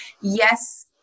Yes